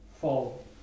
fall